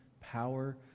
power